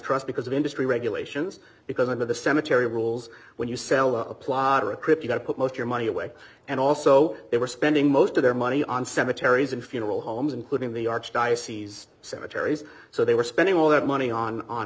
trust because of industry regulations because of the cemetery rules when you sell a plot or a trip you have put most your money away and also they were spending most of their money on cemeteries and funeral homes including the archdiocese cemeteries so they were spending all that money on on